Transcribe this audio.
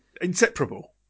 Inseparable